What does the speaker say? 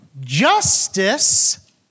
Justice